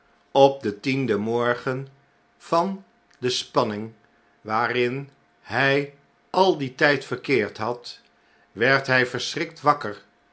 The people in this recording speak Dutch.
op den tienden morgen van de spanning waarin hy al dien tyd verkeerd had werd hy verschrikt wakker